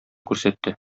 күрсәтте